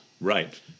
Right